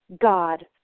God